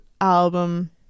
album